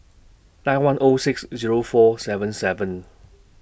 nine one O six Zero four seven seven